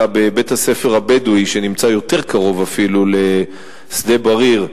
אלא בבית-הספר הבדואי שנמצא אפילו יותר קרוב לשדה-בריר.